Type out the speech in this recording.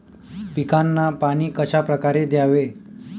पिकांना पाणी कशाप्रकारे द्यावे?